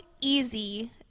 easy